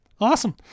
Awesome